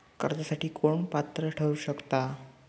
कर्जासाठी कोण पात्र ठरु शकता?